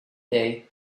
day